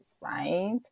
right